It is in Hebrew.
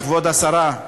כבוד השרה,